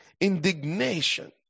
indignation